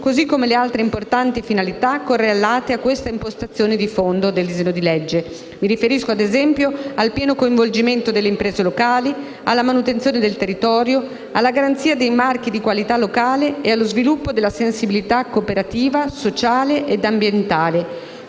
così come le altre importanti finalità correlate a questa impostazione di fondo del disegno di legge. Mi riferisco, ad esempio, al pieno coinvolgimento delle imprese locali, alla manutenzione del territorio, alla garanzia dei marchi di qualità locale e allo sviluppo della sensibilità cooperativa, sociale ed ambientale.